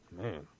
Man